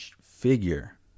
figure